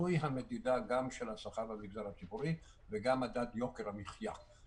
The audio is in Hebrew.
זוהי המדידה גם של השכר במגזר הציבורי וגם מדד יוקר המחיה.